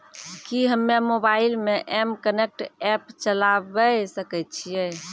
कि हम्मे मोबाइल मे एम कनेक्ट एप्प चलाबय सकै छियै?